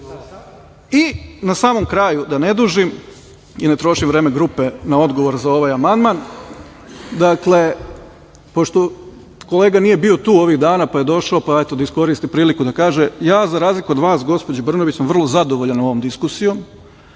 samom kraju, da ne dužim i ne trošim vreme grupe na odgovor za ovaj amandman, pošto kolega nije bio tu ovih dana pa je došao, pa eto da iskoristi priliku da kaže, ja za razliku od vas, gospođo Brnabić, sam vrlo zadovoljan ovom diskusijom,